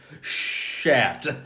Shaft